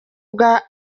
bwa